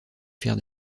faire